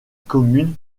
commune